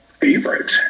favorite